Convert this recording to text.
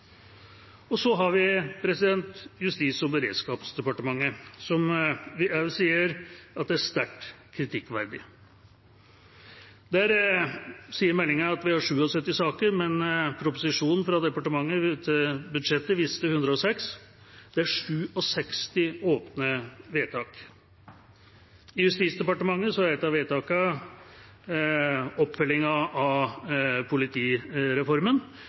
Så har vi Justis- og beredskapsdepartementet, der vi også sier at det er sterkt kritikkverdig. Der sier meldinga at det er 77 saker, men proposisjonen fra departementet til budsjettet viste 106. Det er 67 åpne vedtak. For Justisdepartementet er et av vedtakene oppfølgingen av politireformen